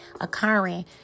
occurring